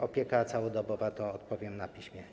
Opieka całodobowa - odpowiem na piśmie.